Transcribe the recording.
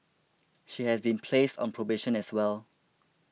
she has been placed on probation as well